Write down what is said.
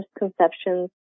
misconceptions